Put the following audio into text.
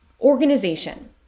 organization